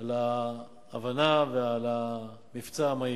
על ההבנה ועל המבצע המהיר.